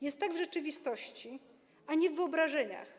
Jest tak w rzeczywistości, a nie w wyobrażeniach.